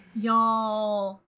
Y'all